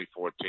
2014